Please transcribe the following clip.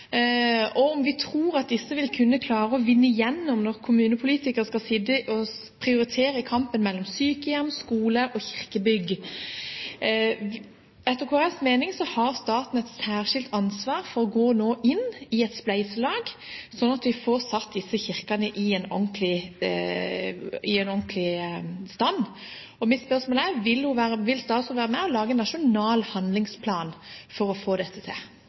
er om vi har råd til å la disse kirkene forfalle, og om vi tror at de vil kunne klare å vinne igjennom når kommunepolitikere skal sitte og prioritere i kampen mellom sykehjem, skole og kirkebygg. Etter Kristelig Folkepartis mening har staten nå et særskilt ansvar for å gå inn i et spleiselag, slik at vi får satt disse kirkene i ordentlig stand. Vil statsråden være med og lage en nasjonal handlingsplan for å få dette til?